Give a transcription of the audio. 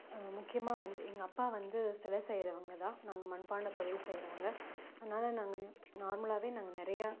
முக்கியமாக வந்து எங்கள் அப்பா வந்து சிலை செய்கிறவங்க தான் நாங்கள் மண்பாண்ட தொழில் செய்கிறவங்க அதனால் நாங்கள் நார்மலாகவே நாங்கள் நிறையா